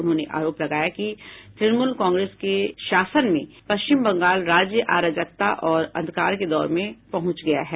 उन्होंने आरोप लगाया कि तृणमूल कांग्रेस के शासन में पश्चिम बंगाल राज्य अराजकता और अंधकार के दौर में पंहुच गया है